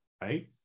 Right